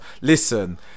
listen